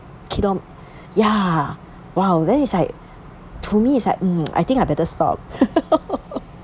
kilome~ ya !wow! then it's like to me it's like mm I think I better stop